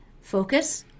focus